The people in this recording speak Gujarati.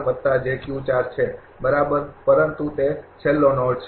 પરંતુ તે છેલ્લો નોડ છે